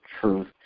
truth